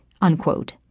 unquote